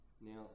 Now